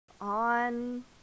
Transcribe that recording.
on